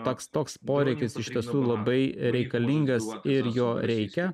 toks toks poreikis iš tiesų labai reikalingas ir jo reikia